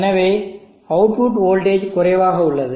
எனவே output voltage குறைவாக உள்ளது